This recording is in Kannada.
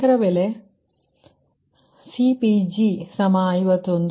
ನಿಖರ ಬೆಲೆ CPg51222